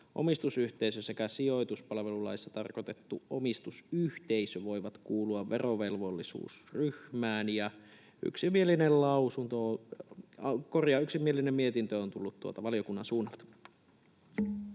vakuutusomistusyhteisö sekä sijoituspalvelulaissa tarkoitettu omistusyhteisö voivat kuulua verovelvollisuusryhmään. Yksimielinen mietintö on tullut tuolta valiokunnan suunnalta.